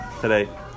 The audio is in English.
today